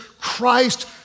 Christ